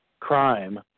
crime